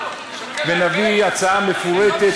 ונביא הצעה מפורטת,